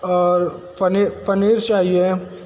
और पनी पनीर चाहिए है